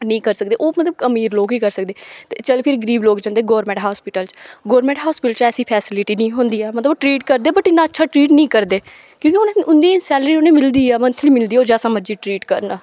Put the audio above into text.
नेईं करी सकदे ओह् मतलब अमीर लोक ही करी सकदे ते चल फिर गरीब लोक जंदे गौरमेंट हास्पिटल च गौरमेंट हास्पिटल च ऐसी फैसिलिटी नेईं होंदी ऐ मतलब ओह् ट्रीट करदे बट इ'न्ना अच्छा ट्रीट नेईं करदे क्योंकि उ'नें उं'दी सैलरी उ'नेंगी मिलदी ऐ मंथली मिलदी ऐ ओह् जैसा मर्जी ट्रीट करन